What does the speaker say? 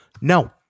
No